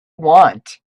want